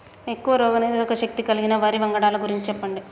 ఎక్కువ రోగనిరోధక శక్తి కలిగిన వరి వంగడాల గురించి చెప్పండి?